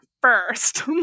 first